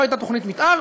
לא הייתה תוכנית מתאר,